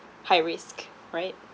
high risk right